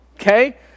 okay